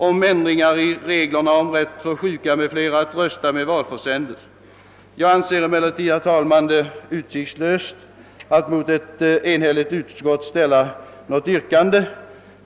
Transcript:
Jag anser det emellertid meningslöst, herr talman, att ställa något yrkande mot ett enigt utskott.